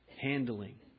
handling